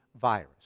virus